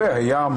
גימיקים,